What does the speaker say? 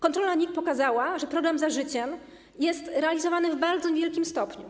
Kontrola NIK pokazała, że program ˝Za życiem˝ jest realizowany w bardzo niewielkim stopniu.